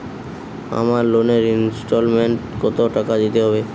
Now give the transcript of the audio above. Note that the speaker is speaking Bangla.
আমার লোনের ইনস্টলমেন্টৈ কত টাকা দিতে হবে?